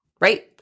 right